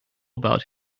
about